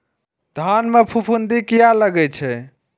धान में फूफुंदी किया लगे छे?